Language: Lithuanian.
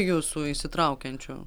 jūsų įsitraukiančių